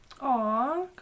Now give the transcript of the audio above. Aw